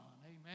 amen